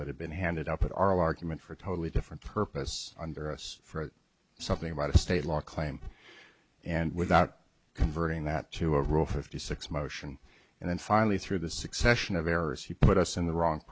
that had been handed up at oral argument for a totally different purpose under us for something about a state law claim and without converting that to a rule fifty six motion and then finally through the succession of errors he put us in the wrong